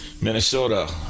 Minnesota